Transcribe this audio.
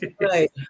Right